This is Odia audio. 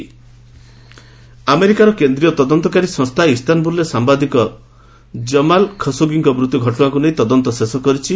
ସିଆଇଏ ଖାସୋଗି ଆମେରିକାର କେନ୍ଦ୍ରୀୟ ତଦନ୍ତକାରୀ ସଂସ୍ଥା ଇସ୍ତାନବୁଲରେ ସାମ୍ଭାଦିକ ଜମାଲ ଖସୋଗୀଙ୍କ ମୃତ୍ୟୁ ଘଟଣାକୁ ନେଇ ତଦନ୍ତ ଶେଷ କରିଛି